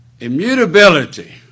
Immutability